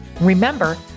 Remember